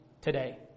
today